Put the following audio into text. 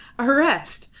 arrest!